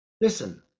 listen